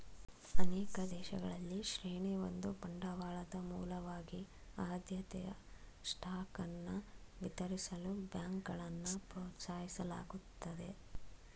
ಅನೇಕ ದೇಶಗಳಲ್ಲಿ ಶ್ರೇಣಿ ಒಂದು ಬಂಡವಾಳದ ಮೂಲವಾಗಿ ಆದ್ಯತೆಯ ಸ್ಟಾಕ್ ಅನ್ನ ವಿತರಿಸಲು ಬ್ಯಾಂಕ್ಗಳನ್ನ ಪ್ರೋತ್ಸಾಹಿಸಲಾಗುತ್ತದೆ